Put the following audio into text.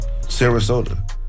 Sarasota